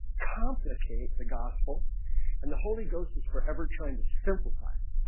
complicate the gospel and the holy ghost is forever trying to simplify it